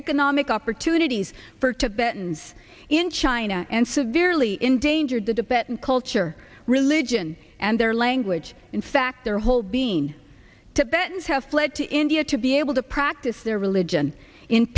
economic opportunities for tibetans in china and severely endangered the debate and culture religion and their language in fact their whole being tibetans have fled to india to be able to practice their religion in